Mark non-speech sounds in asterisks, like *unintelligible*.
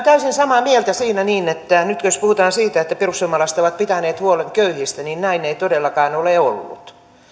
*unintelligible* täysin samaa mieltä siitä että jos puhutaan siitä että perussuomalaiset ovat pitäneet huolen köyhistä niin näin ei todellakaan ole ollut